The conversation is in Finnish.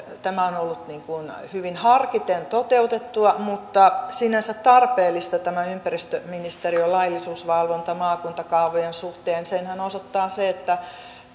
tämä on hyvin harkiten toteutettua mutta sinänsä tarpeellista tämä ympäristöministeriön laillisuusvalvonta maakuntakaavojen suhteen senhän osoittaa se että